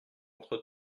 entre